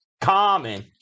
common